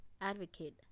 advocate